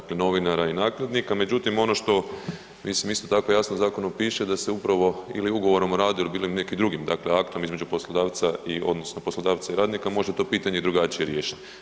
Dakle, novinara i nakladnika, međutim ono što mislim isto tako jasno u zakonu piše da se upravo ili ugovorom o radu ili bilo nekim drugim aktom između poslodavca i odnosno poslodavca i radnika može to pitanje i drugačije riješiti.